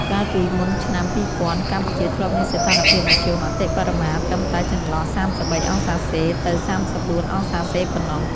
កាលពីមុនឆ្នាំ ២០០០ កម្ពុជាធ្លាប់មានសីតុណ្ហភាពមធ្យមអតិបរមាត្រឹមតែចន្លោះ ៣៣°C ទៅ ៣៤°C ប៉ុណ្ណោះ។